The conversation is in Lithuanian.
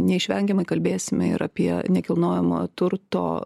neišvengiamai kalbėsim ir apie nekilnojamojo turto